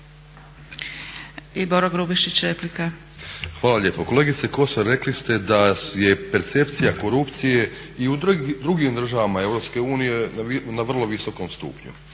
Boro (HDSSB)** Hvala lijepo. Kolegice Kosor, rekli ste da je percepcija korupcije i u drugim državama EU na vrlo visokom stupnju.